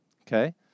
Okay